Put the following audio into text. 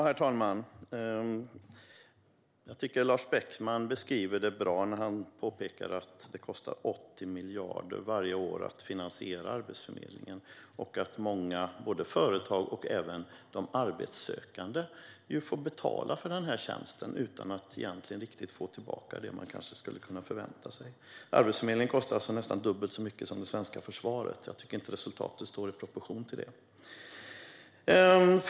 Herr talman! Jag tycker att Lars Beckman beskriver det bra när han påpekar att det kostar 80 miljarder per år att finansiera Arbetsförmedlingen och att många, både företag och arbetssökande, får betala för denna tjänst utan att få tillbaka det de skulle kunna vänta sig. Arbetsförmedlingen kostar alltså nästan dubbelt så mycket som det svenska försvaret. Jag tycker inte att resultatet står i proportion till det.